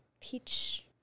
peach